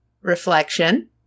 reflection